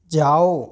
जाओ